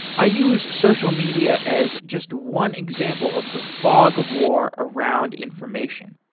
i use social media as just one example of the fog of war around information.